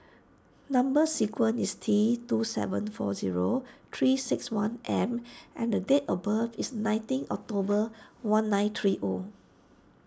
Number Sequence is T two seven four zero three six one M and date of birth is nineteen October one nine three O